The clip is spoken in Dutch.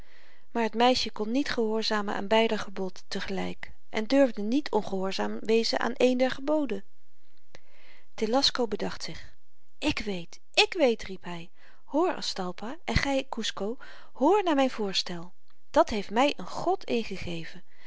maar het meisje kon niet gehoorzamen aan beider gebod te gelyk en durfde niet ongehoorzaam wezen aan één der geboden telasco bedacht zich ik weet ik weet riep hy hoor aztalpa en gy kusco hoor naar myn voorstel dat heeft my een god ingegeven